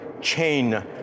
chain